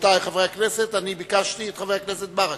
רבותי חברי הכנסת, ביקשתי את חבר הכנסת ברכה.